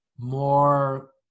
more